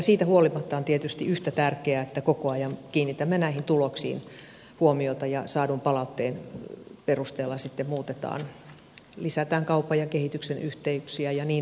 siitä huolimatta on tietysti yhtä tärkeää että koko ajan kiinnitämme näihin tuloksiin huomiota ja saadun palautteen perusteella sitten muutetaan lisätään kaupan ja kehityksen yhteyksiä ja niin edelleen